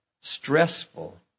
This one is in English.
stressful